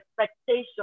expectation